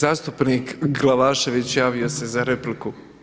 Zastupnik Glavašević javio se za repliku.